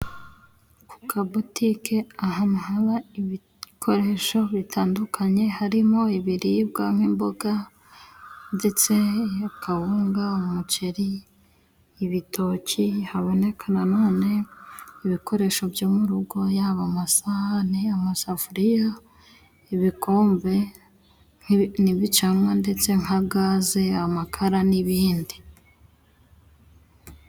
Ku kabutike ahantu haba ibikoresho bitandukanye harimo: ibiribwa nk'imboga ,ndetse kawunga, umuceri, ibitoki ,haboneka nanone ibikoresho byo mu rugo yaba amasahane ,amasafuriya, ibikombe, ibicanwa ndetse nka gaze ,amakara n'ibindi.